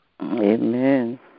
Amen